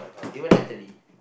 even Natalie